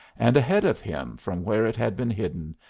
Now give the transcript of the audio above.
and ahead of him from where it had been hidden,